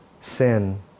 sin